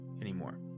anymore